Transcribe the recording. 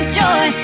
joy